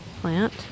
plant